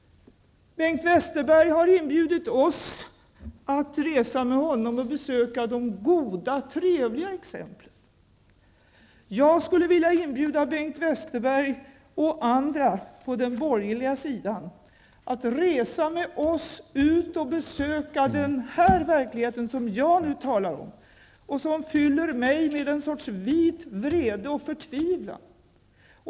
Bengt Westerberg har inbjudit oss att resa med honom och besöka de goda trevliga exemplen. Jag skulle vilja inbjuda Bengt Westerberg och andra på den borgerliga sidan att resa med oss och besöka den verklighet som jag nu talar om och som fyller mig med en sorts vit vrede och förtvivlan.